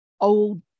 old